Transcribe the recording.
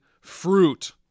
fruit